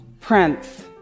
Prince